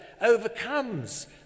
overcomes